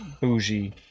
Bougie